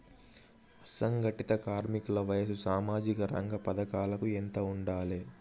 అసంఘటిత కార్మికుల వయసు సామాజిక రంగ పథకాలకు ఎంత ఉండాలే?